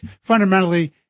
fundamentally